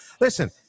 Listen